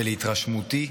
ולהתרשמותי,